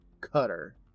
cutter